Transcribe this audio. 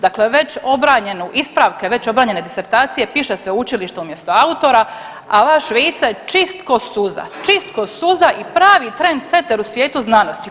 Dakle već obranjenu, ispravke već obranjene disertacije piše sveučilište umjesto autora, a vaš Vice čist k'o suza, čist k'o suza i pravi trendseter u svijetu znanosti.